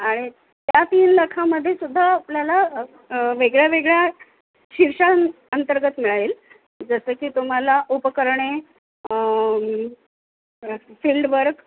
आणि त्या तीन लखामध्ये सुद्धा आपल्याला वेगळ्या वेगळ्या शीर्षांअंतर्गत मिळेल जसं की तुम्हाला उपकरणे फील्डवर्क